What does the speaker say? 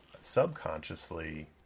subconsciously